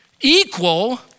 Equal